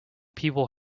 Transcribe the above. people